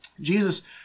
Jesus